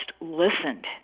listened